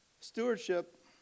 Stewardship